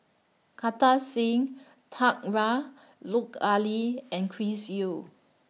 Kartar Singh Thakral Lut Ali and Chris Yeo